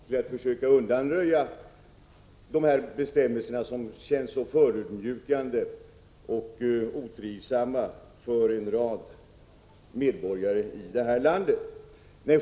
Fru talman! Det är glädjande att statsministern, såvitt jag förstår, har en positiv inställning till att försöka undanröja dessa bestämmelser, som känns så förödmjukande och otrivsamma för en rad medborgare i vårt land.